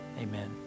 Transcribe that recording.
Amen